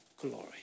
glory